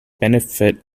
benefit